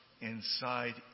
inside